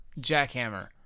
Jackhammer